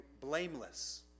blameless